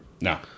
No